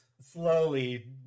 slowly